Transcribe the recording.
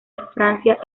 francia